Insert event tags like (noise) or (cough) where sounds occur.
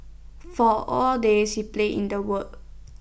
(noise) for A day she played in the ward